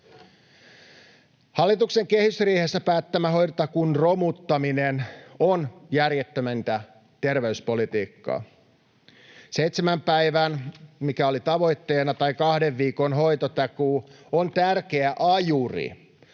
Hallituksen kehysriihessä päättämä hoitotakuun romuttaminen on järjettömintä terveyspolitiikkaa. Seitsemän päivän, mikä oli tavoitteena, tai kahden viikon hoitotakuu on tärkeä ajuri,